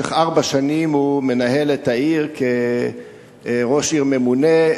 ובמשך ארבע שנים הוא מנהל את העיר כראש עיר ממונה,